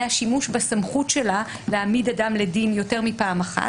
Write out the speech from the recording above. השימוש בסמכות שלה להעמיד אדם לדין יותר מפעם אחת.